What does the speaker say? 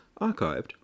archived